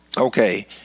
Okay